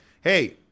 hey